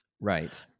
Right